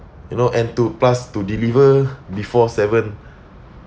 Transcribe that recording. you know and to plus to deliver before seven